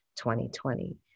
2020